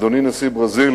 אדוני נשיא ברזיל,